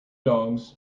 dogs